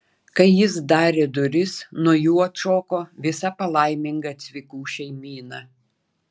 kai jis darė duris nuo jų atšoko visa palaiminga cvikų šeimyna